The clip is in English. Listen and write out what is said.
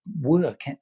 work